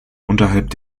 unterhalb